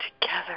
together